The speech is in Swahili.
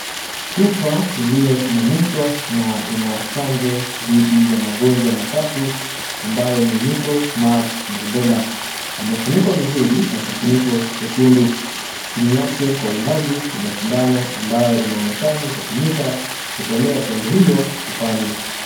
Chupa iliyosimamamishwa na ina chanjo dhidi ya magonjwa matatu ambayo ni Measles, Mumps na Rubella. Imefunikwa vizuri na kifuniko chekundu, chini yake kwa umbali kuna sindano ambayo inaonekana itatumika kutolea chanjo hiyo chupani.